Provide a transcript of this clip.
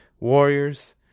Warriors